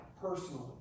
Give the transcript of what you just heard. personally